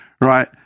right